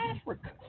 Africa